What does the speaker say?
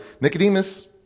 Nicodemus